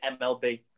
MLB